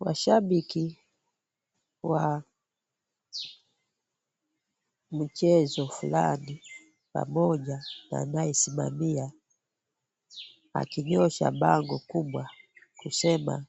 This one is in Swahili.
Washabiki wa mchezo fulani pamoja na anayesimamia, akinyosha bango kubwa kusema,